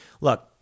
Look